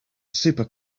super